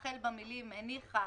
החל במילים "הניחה